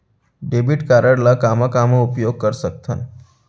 Debit card ला कामा कामा उपयोग कर सकथन?